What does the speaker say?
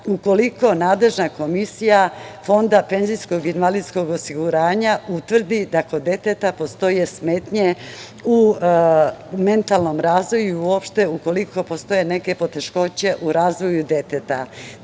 ukoliko nadležna komisija Fonda penzijskog i invalidskog osiguranja utvrdi da kod deteta postoje smetnje u mentalnom razvoju i uopšte ukoliko postoje neke poteškoće u razvoju deteta. Moram